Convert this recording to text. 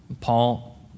Paul